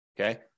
okay